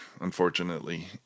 unfortunately